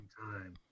time